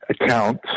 account